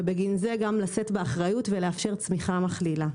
ובגין זה גם לשאת באחריות ולאפשר צמיחה מכלילה.